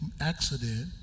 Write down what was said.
accident